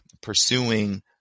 pursuing